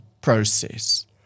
process